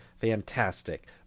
fantastic